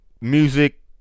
music